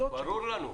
ברור לנו.